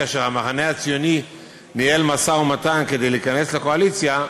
כאשר המחנה הציוני ניהל משא-ומתן כדי להיכנס לקואליציה.